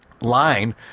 line